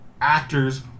actors